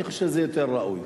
אני חושב שזה יהיה יותר ראוי.